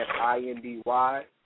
I-N-D-Y